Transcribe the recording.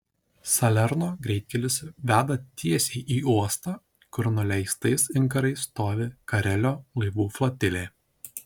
salerno greitkelis veda tiesiai į uostą kur nuleistais inkarais stovi karelio laivų flotilė